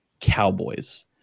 cowboys